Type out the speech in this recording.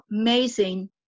amazing